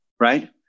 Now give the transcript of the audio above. right